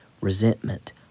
resentment